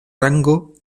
rango